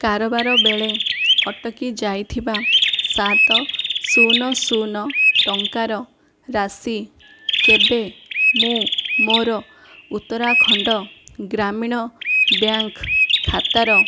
କାରବାର ବେଳେ ଅଟକି ଯାଇଥିବା ସାତ ଶୂନ ଶୂନ ଟଙ୍କାର ରାଶି କେବେ ମୁଁ ମୋର ଉତ୍ତରାଖଣ୍ଡ ଗ୍ରାମୀଣ ବ୍ୟାଙ୍କ୍ ଖାତାର